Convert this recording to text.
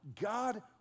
God